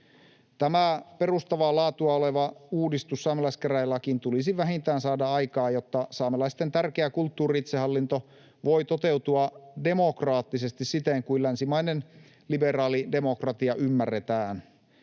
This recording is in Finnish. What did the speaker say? tämä perustavaa laatua oleva uudistus saamelaiskäräjälakiin tulisi saada aikaan, jotta saamelaisten tärkeä kulttuuri-itsehallinto voi toteutua demokraattisesti siten kuin länsimainen, liberaali demokratia ymmärretään.